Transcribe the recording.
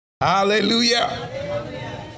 Hallelujah